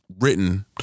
written